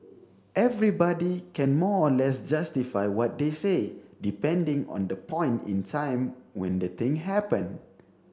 everybody can more or less justify what they say depending on the point in time when the thing happened